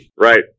right